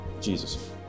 Jesus